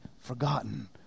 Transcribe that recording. forgotten